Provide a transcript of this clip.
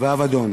ואבדון.